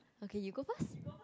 okay you go first